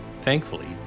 Thankfully